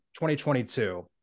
2022